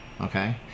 Okay